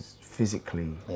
physically